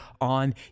on